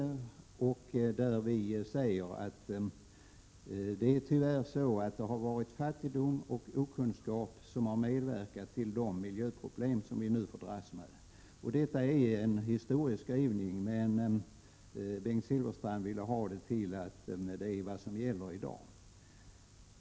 I broschyren säger vi att det tyvärr har varit fattigdom och okunnighet och att detta har medverkat till att de miljöproblem har uppstått som vi nu får dras med. Detta är en historieskrivning, men Bengt Silfverstrand vill få det till att vi menar att det gäller i dag.